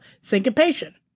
syncopation